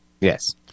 Yes